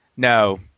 No